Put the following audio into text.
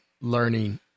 learning